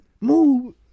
Move